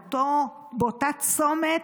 באותו צומת,